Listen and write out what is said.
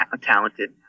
talented